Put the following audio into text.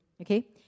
Okay